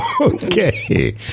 okay